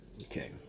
Okay